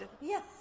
Yes